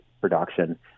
production